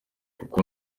kuko